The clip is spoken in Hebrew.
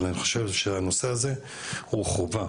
אבל אני חושב שהנושא הזה הוא חובה.